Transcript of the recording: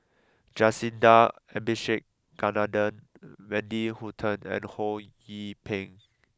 Jacintha Abisheganaden Wendy Hutton and Ho Yee Ping